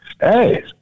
Hey